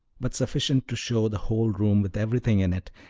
but sufficient to show the whole room with everything in it,